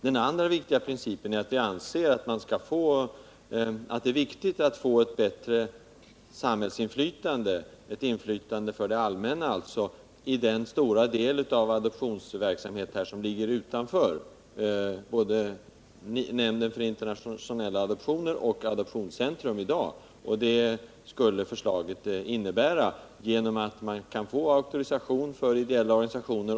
Den andra principen är att det är viktigt att få ett bättre inflytande för det allmänna i den stora del av adoptionsverksamheten som i dag ligger utanför både NIA och AC. Det skulle förslaget innebära, genom att ideella organisationer kan få auktorisation.